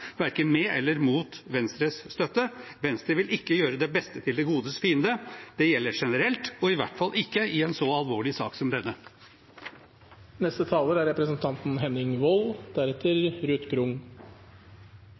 verken med eller uten Venstres støtte. Venstre vil ikke gjøre det beste til det godes fiende – det gjelder generelt – og i hvert fall ikke i en så alvorlig sak som